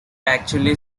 actually